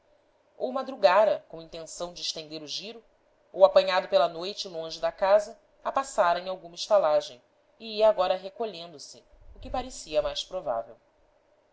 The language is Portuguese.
ou madrugara com intenção de estender o giro ou apanhado pela noite longe da casa a passara em alguma estalagem e ia agora recolhendo-se o que parecia mais provável